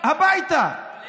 הביתה, הביא לו את משגב.